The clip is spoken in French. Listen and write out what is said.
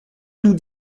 nous